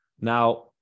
Now